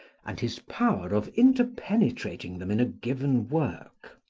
and his power of interpenetrating them in a given work.